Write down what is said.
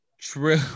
True